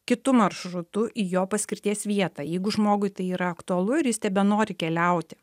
kitu maršrutu į jo paskirties vietą jeigu žmogui tai yra aktualu ir jis tebenori keliauti